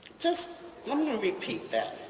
just let me repeat that.